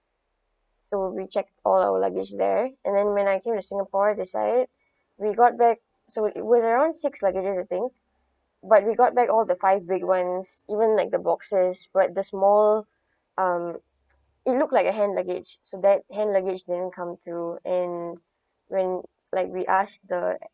so we checked all our luggage there and then when I came to singapore I decided we got back so it was around six luggages I think but we got back all the five big ones even like the boxes but the small um it look like a hand luggage so that hand luggage didn't come through and when like we ask the